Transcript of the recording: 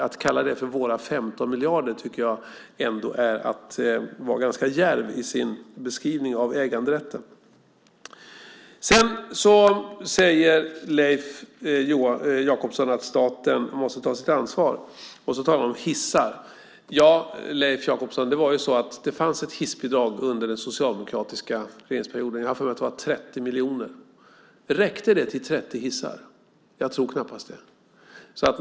Att kalla det för "våra 15 miljarder" tycker jag är att vara ganska djärv i sin beskrivning av äganderätten. Leif Jakobsson säger att staten måste ta sitt ansvar, och så talar han om hissar. Ja, Leif Jakobsson, det fanns ett hissbidrag under den socialdemokratiska regeringsperioden. Jag har för mig att det var 30 miljoner. Räckte det till 30 hissar? Jag tror knappast det.